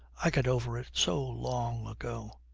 i got over it so long ago.